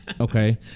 okay